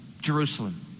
Jerusalem